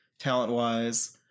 Talent-wise